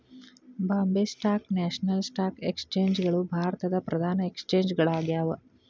Bombay stock national stock exchange ಗಳು ಭಾರತದ್ ಪ್ರಧಾನ ಎಕ್ಸ್ಚೇಂಜ್ ಗಳಾಗ್ಯಾವ